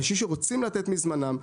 אנשים שרוצים לתת מזמנם,